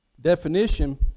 definition